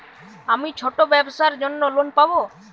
আমি ছোট ব্যবসার জন্য লোন পাব?